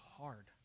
hard